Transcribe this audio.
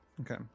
Okay